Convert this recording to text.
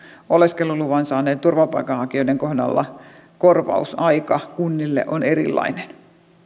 oleskeluluvan saaneiden turvapaikanhakijoiden kohdalla korvausaika kunnille on erilainen